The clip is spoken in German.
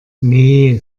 nee